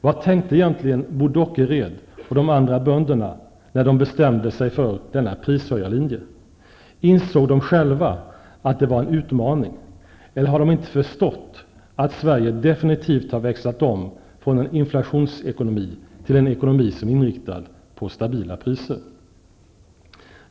Vad tänkte egentligen Bo Dockered och de andra bönderna på när de bestämde sig för denna prishöjarlinje? Insåg de själva att det var en utmaning? Har de inte förstått att Sverige definitivt har växlat om från en inflationsekonomi till en ekonomi som är inriktad på stabila priser.